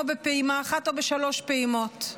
או בפעימה אחת או בשלוש פעימות.